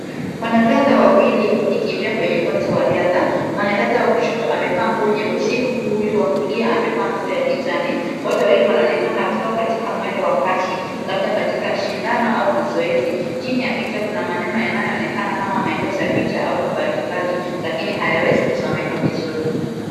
Wanariadha wawili wakikimbia kwenye uwanja wa riadha. Mwanariadha wa kushoto amevaa nguo nyeusi huku huyu wa kulia amevaa nguo ya kijani. Wote wawili wanaonekana wakiwa katika mwendo wa kasi labda katika shindano au mazoezi. Chini ya picha kuna maneno yanayoonekana kama maelezo ya picha au habari fulani lakini hayawezi kusomeka vizuri.